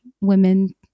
women